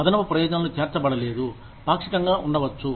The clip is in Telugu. అదనపు ప్రయోజనాలు చేర్చబడలేదు పాక్షికంగా ఉండవచ్చు